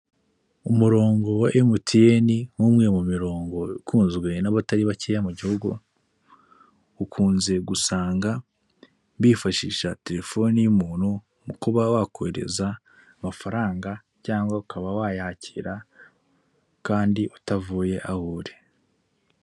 Umurongo wa MTN nk'umwe mu mirongo ikunzwe n'abatari bakeye mu gihugu, ukunze gusanga bifashisha telefoni y'umuntu mu kuba wakohereza amafaranga cyangwa ukaba wayakira kandi utavuye aho uri.